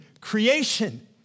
creation